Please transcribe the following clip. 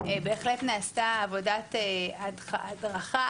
בהחלט נעשתה עבודת הדרכה,